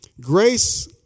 Grace